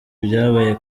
ibyabaye